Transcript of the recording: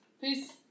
Peace